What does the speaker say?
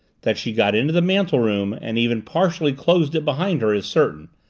that she got into the mantel-room and even partially closed it behind her is certain,